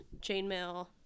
chainmail